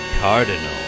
Cardinal